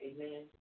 Amen